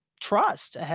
trust